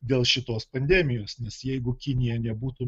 dėl šitos pandemijos nes jeigu kinija nebūtų